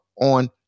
on